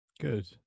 Good